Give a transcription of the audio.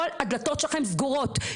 כל הדלתות שלכם סגורות,